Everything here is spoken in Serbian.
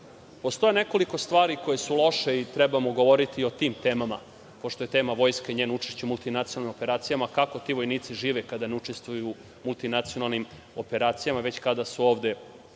Postoji nekoliko stvari koje su loše i trebamo govoriti o tim temama, pošto je tema Vojska i njeno učešće u multinacionalnim operacijama, kako ti vojnici žive kada ne učestvuju u multinacionalnim operacijama, već kada su ovde u